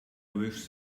wish